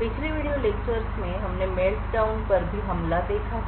पिछले video lectures में हमने मेल्टडाउन पर भी हमला देखा था